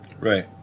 Right